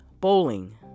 Bowling